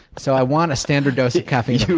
so i want a standard dose of caffeine.